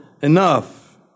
enough